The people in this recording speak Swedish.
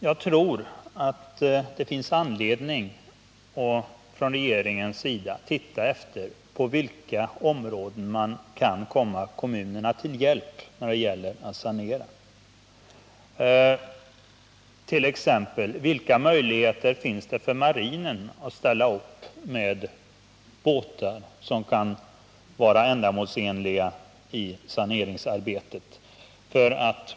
Jag tror att regeringen har anledning att se efter på vilka områden den kan hjälpa kommunerna då det gäller att sanera. Vilka möjligheter har t.ex. marinen att ställa upp med båtar, som kan vara ändamålsenliga i saneringsarbetet?